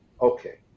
Okay